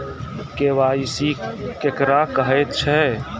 KYC केकरा कहैत छै?